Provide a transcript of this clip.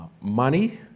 money